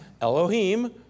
Elohim